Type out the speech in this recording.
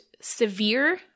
severe